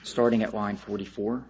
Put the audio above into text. starting at line forty four